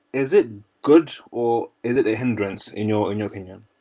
is it good, or is it a hindrance in your and your opinion?